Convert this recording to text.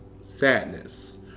sadness